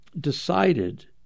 decided